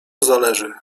zależy